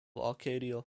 arcadia